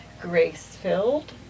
grace-filled